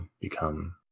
become